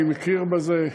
אני מכיר בזה,